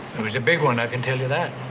he was a big one, i can tell you that.